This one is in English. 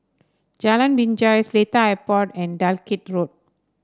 Jalan Binjai Seletar Airport and Dalkeith Road